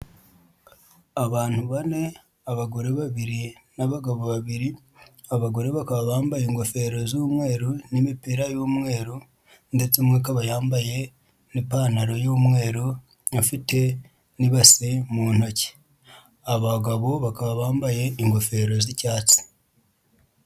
Abantu bane, abagore babiri n'abagabo babiri, abagore bakaba bambaye ingofero z'umweru n'imipira y'umweru ndetse umwe akaba yambaye n'ipantaro y'umweru, afite n'ibase mu ntoki. Abagabo bakaba bambaye ingofero z'icyatsi.